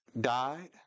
died